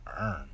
earn